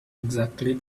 exactly